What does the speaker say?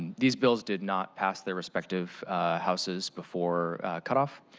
these bills did not pass the respective houses before cut off.